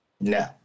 No